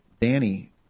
Danny